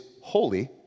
holy